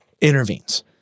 intervenes